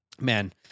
Man